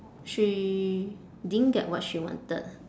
she didn't get what she wanted